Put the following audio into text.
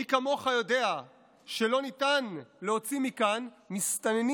מי כמוך יודע שלא ניתן להוציא מכאן מסתננים